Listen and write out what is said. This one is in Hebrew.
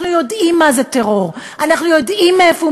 אנחנו יודעים מה זה טרור,